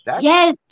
Yes